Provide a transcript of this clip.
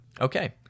Okay